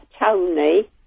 Tony